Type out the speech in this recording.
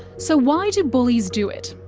so why do bullies do it,